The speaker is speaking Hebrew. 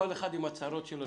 כל אחד עם הצרות שלו.